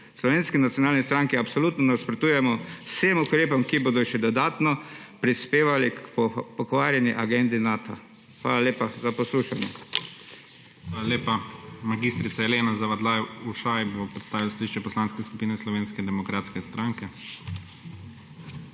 Slovenski nacionalni stranki absolutno nasprotujemo vsem ukrepom, ki bodo še dodatno prispevali k pokvarjeni agendi Nata. Hvala lepa za poslušanje. PREDSEDNIK IGOR ZORČIČ: Hvala lepa. Mag. Elena Zavadlav Ušaj bo predstavila stališče Poslanske skupine Slovenske demokratske stranke.